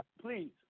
Please